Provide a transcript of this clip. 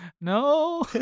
No